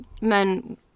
men